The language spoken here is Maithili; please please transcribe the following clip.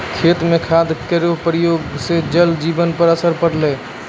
खेत म खाद केरो प्रयोग सँ जल जीवन पर असर पड़लै